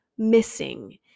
missing